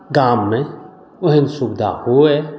गाममे ओहन सुविधा हुए